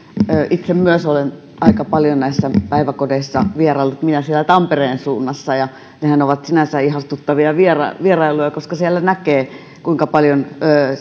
itse myös olen aika paljon päiväkodeissa vieraillut minä siellä tampereen suunnassa nehän ovat sinänsä ihastuttavia vierailuja vierailuja koska siellä näkee kuinka paljon